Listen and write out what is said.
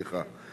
סליחה.